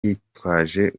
yitwaje